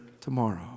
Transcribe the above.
tomorrow